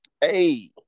hey